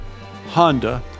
Honda